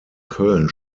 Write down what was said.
köln